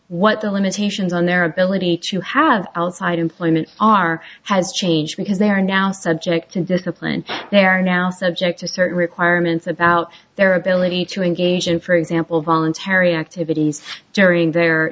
what the limitations on their ability to have outside employment are has changed because they are now subject to discipline they are now subject to certain requirements about their ability to engage in for example voluntary activities during their